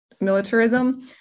militarism